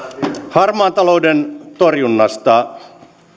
harmaan talouden torjunnasta